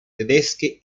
tedeschi